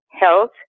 health